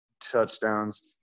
touchdowns